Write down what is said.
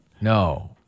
No